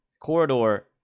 corridor